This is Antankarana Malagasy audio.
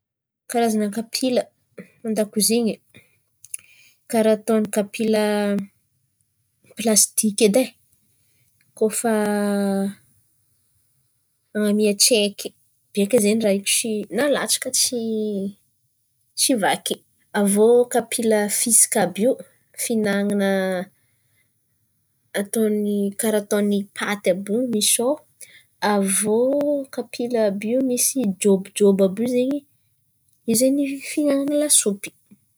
Karazan̈a kapila an-dakoziny, karà ataon̈y kapila plastika edy ai kô fa an̈amia, tsaiky biaka zen̈y raha io na latsaka tsy vaky. Avô kapila fisaka àby io finan̈ana ataon̈y karà ataon̈y paty àby io mishao. Avô kapila àby io misimisy jôbojôbo àby io zen̈y, io zen̈y fihinan̈ana lasopy.